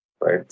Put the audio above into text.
right